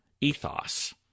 ethos